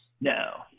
No